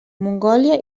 mongòlia